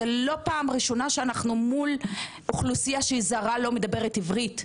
זו לא פעם ראשונה שאנחנו מול אוכלוסייה זרה שלא מדברת עברית.